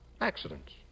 accidents